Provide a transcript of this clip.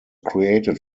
created